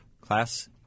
class